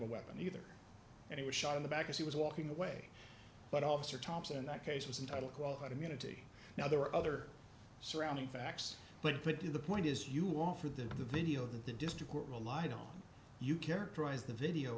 a weapon either and he was shot in the back as he was walking away but officer thompson that case was entitle qualified immunity now there are other surrounding facts but put to the point is you offered the video that the district relied on you characterize the video